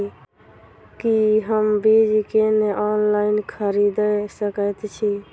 की हम बीज केँ ऑनलाइन खरीदै सकैत छी?